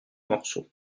morceau